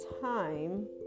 time